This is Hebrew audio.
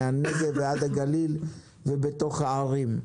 מהנגב ועד הגליל ובתוך הערים.